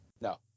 No